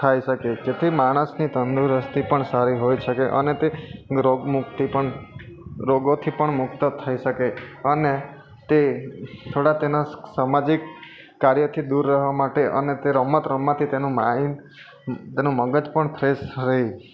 થઈ શકે જેથી માણસની તંદુરસ્તી પણ સારી હોઈ શકે અને તે રોગ મુક્તિ પણ રોગોથી પણ મુક્ત થઈ શકે અને તે થોડા તેનાં સામાજિક કાર્યથી દૂર રહેવા માટે અને તે રમત રમવાથી તેનું માઈન્ડ તેનું મગજ પણ ફ્રેશ રહે